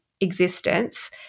existence